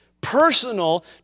personal